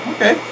Okay